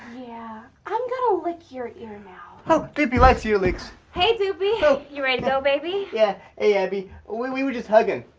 yeah, i'm gonna lick your ear now. oh, doopey likes ear licks. hey doopey, you ready to go baby? yeah, hey abby. we we were just hugging.